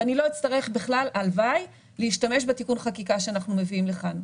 הלוואי שאני לא אצטרך בכלל להשתמש בתיקון חקיקה שאנחנו מביאים לכאן.